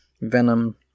Venom